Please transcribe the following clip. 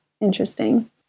interesting